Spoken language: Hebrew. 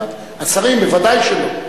השרים ודאי שלא.